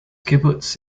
kibbutz